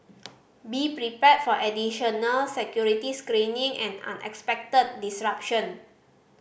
be prepared for additional security screening and unexpected disruption